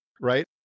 right